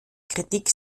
kritik